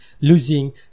losing